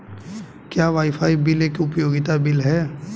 क्या wifi bill एक उपयोगिता बिल है?